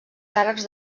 càrrecs